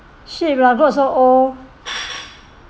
sheep lah goat so old